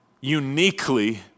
uniquely